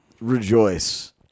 Rejoice